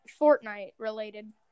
Fortnite-related